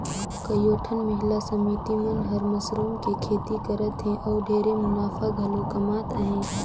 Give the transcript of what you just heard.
कयोठन महिला समिति मन हर मसरूम के खेती करत हें अउ ढेरे मुनाफा घलो कमात अहे